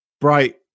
bright